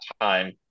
time